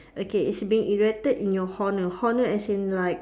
okay is being erected in your honour honour as in like